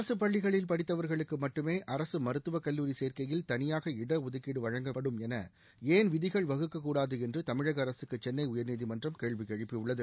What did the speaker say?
அரசுப் பள்ளிகளில் படித்தவர்களுக்கு மட்டுமே அரசு மருத்துவக் கல்லூரி சேர்க்கையில் தனியாக இட ஒதுக்கீடு வழங்கப்படும் என ஏன் விதிகள் வகுக்கக்கூடாது என்று தமிழக அரசுக்கு சென்னை உயர்நீதிமன்றம் கேள்வி எழுப்பியுள்ளது